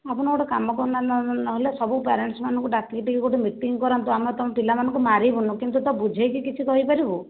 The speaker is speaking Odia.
ଆପଣ ଗୋଟେ କାମ କରୁନାହାଁନ୍ତି ନହେଲେ ସବୁ ପ୍ୟାରେଣ୍ଟସ୍ମାନଙ୍କୁ ଡାକିକି ଗୋଟେ ମିଟିଂ କରାନ୍ତୁ ଆମର ତାଙ୍କ ପିଲାମାନଙ୍କୁ ମାରିବୁନି କିନ୍ତୁ ତ ବୁଝେଇକି କିଛି କହିପାରିବୁ